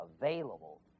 available